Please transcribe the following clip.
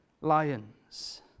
lions